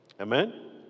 Amen